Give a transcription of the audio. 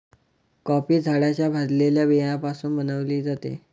coffee झाडाच्या भाजलेल्या बियाण्यापासून बनविली जाते